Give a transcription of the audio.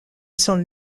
son